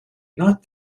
not